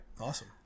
Awesome